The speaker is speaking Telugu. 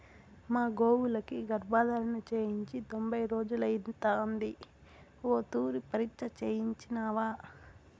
మన గోవులకి గర్భధారణ చేయించి తొంభై రోజులైతాంది ఓ తూరి పరీచ్ఛ చేయించినావా